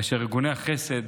וארגוני החסד